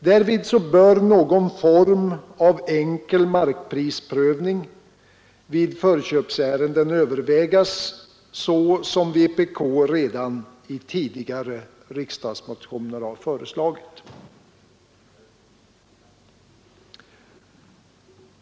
Därvid bör någon form av enkel markprisprövning vid förköpsärenden övervägas, såsom vpk redan i tidigare riksdagsmotioner föreslagit.